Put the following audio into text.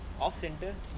off centre